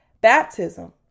Baptism